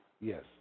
Yes